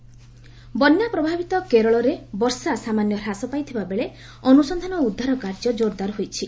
Kerala rain ବନ୍ୟା ପ୍ରଭାବିତ କେରଳରେ ବର୍ଷା ସାମାନ୍ୟ ହ୍ରାସ ପାଇଥିବାବେଳ ଅନୁସନ୍ଧାନ ଓ ଉଦ୍ଧାର କାର୍ଯ୍ୟ କୋରଦାର ହୋଇଛି